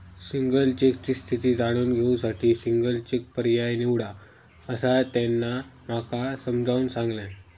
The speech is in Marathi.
सिंगल चेकची स्थिती जाणून घेऊ साठी सिंगल चेक पर्याय निवडा, असा त्यांना माका समजाऊन सांगल्यान